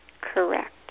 Correct